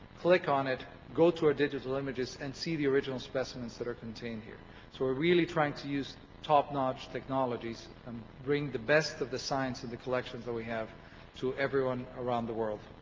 click on it, go to our digital images and see the original specimens that are contained here. so we're really trying to use top-notch technologies and um bring the best of the science of the collections that we have to everyone around the world.